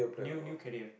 new new career